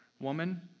woman